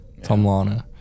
tomlana